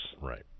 Right